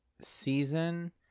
season